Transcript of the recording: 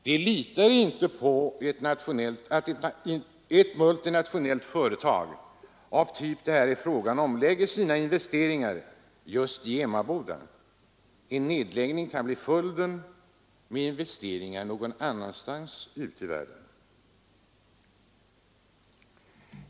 De litar inte på att ett multinationellt företag av den typ som det här är fråga om lägger sina investeringar i just Emmaboda. En nedläggning kan bli följden, varvid investeringarna förläggs någon annanstans ute i världen.